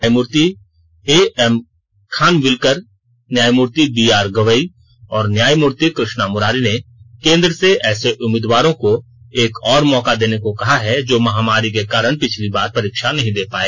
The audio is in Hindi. न्यायमूर्ति एएमखानविल्कर न्यायमूर्ति बीआर गवई और न्यायमूर्ति कृष्णा मुरारी ने केन्द्र से ऐसे उम्मीदवारों को एक और मौका देने को कहा है जो महामारी के कारण पिछली बार परीक्षा नहीं दे पाए